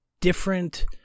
different